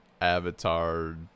Avatar